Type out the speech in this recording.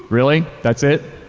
really? that's it?